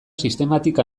sistematik